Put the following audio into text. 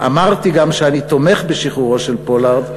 "אמרתי גם שאני תומך בשחרורו של פולארד,